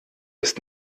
ist